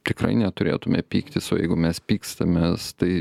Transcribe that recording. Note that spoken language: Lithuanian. tikrai neturėtume pyktis o jeigu mes pykstamės tai